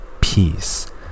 peace